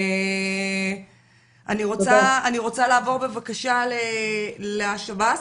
אני רוצה לעבור בבקשה לשב"ס,